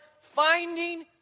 finding